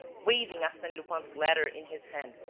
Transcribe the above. waving arsene lupin's letter in his hand,